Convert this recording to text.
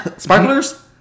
Sparklers